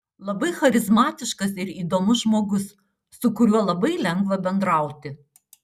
labai charizmatiškas ir įdomus žmogus su kuriuo labai lengva bendrauti